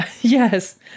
Yes